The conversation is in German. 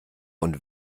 und